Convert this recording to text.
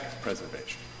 preservation